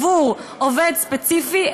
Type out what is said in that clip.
עבור עובד ספציפי,